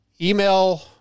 email